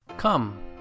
Come